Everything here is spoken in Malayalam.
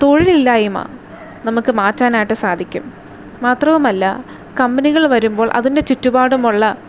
തൊഴിലില്ലായ്മ നമുക്ക് മാറ്റാനായിട്ട് സാധിക്കും മാത്രവുമല്ല കമ്പനികൾ വരുമ്പോൾ അതിൻ്റെ ചുറ്റുപാടുമുള്ള